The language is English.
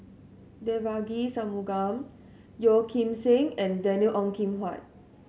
Devagi Sanmugam Yeo Kim Seng and David Ong Kim Huat